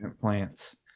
plants